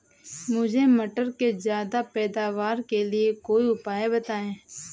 मुझे मटर के ज्यादा पैदावार के लिए कोई उपाय बताए?